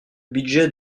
budget